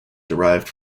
derived